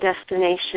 destination